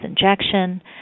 injection